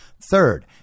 Third